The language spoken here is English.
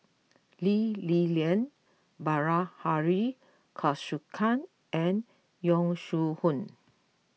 Lee Li Lian Bilahari Kausikan and Yong Shu Hoong